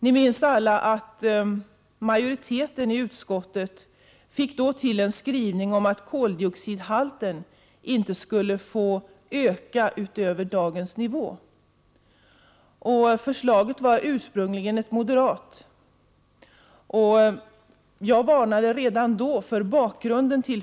Vi minns alla att majoriteten i utskottet hade skrivit att koldioxidhalten inte skulle få öka utöver dåvarande nivå. Förslaget var ursprungligen ett moderat förslag. Jag varnade redan då för förslaget.